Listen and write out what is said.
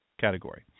category